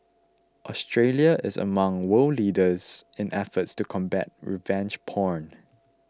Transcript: Australia is among world leaders in efforts to combat revenge porn